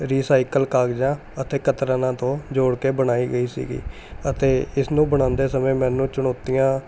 recycle ਕਾਗਜ਼ਾਂ ਅਤੇ ਕਤਰਨਾ ਤੋਂ ਜੋੜ ਕੇ ਬਣਾਈ ਗਈ ਸੀਗੀ ਅਤੇ ਇਸ ਨੂੰ ਬਣਾਉਂਦੇ ਸਮੇਂ ਮੈਨੂੰ ਚੁਣੌਤੀਆਂ